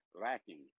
lacking